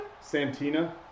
Santina